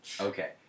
Okay